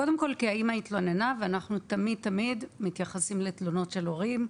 קודם כל כי האימא התלוננה ואנחנו תמיד מתייחסים לתלונות של הורים,